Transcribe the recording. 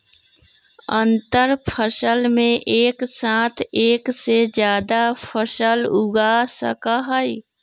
अंतरफसल में एक साथ एक से जादा फसल उगा सका हई